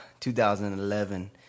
2011